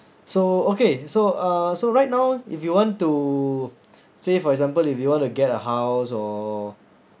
so okay so uh so right now if you want to say for example if you want to get a house or